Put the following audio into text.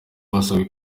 basabwe